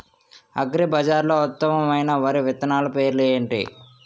అగ్రిబజార్లో ఉత్తమమైన వరి విత్తనాలు పేర్లు ఏంటి?